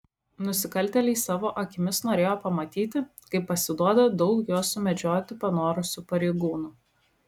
nusikaltėliai savo akimis norėjo pamatyti kaip pasiduoda daug juos sumedžioti panorusių pareigūnų